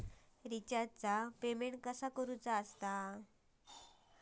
रिचार्जचा पेमेंट कसा करायचा?